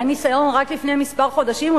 היה ניסיון רק לפני כמה חודשים,